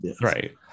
right